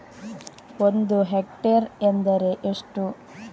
ಒಂದು ಹೆಕ್ಟೇರ್ ಎಂದರೆ ಎಷ್ಟು?